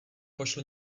pošlu